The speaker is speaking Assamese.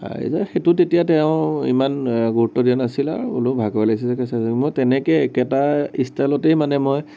সেইটো তেতিয়া তেওঁ ইমান গুৰুত্ব দিয়া নাছিলে আৰু বুলো ভাগৰ লাগিছেগে চাগে মই তেনেকেই একেটা ইষ্টাইলতেই মানে মই